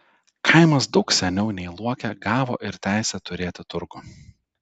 kaimas daug seniau nei luokė gavo ir teisę turėti turgų